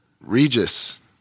Regis